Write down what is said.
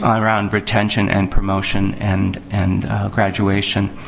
ah around retention and promotion and and graduation.